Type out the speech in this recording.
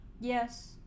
Yes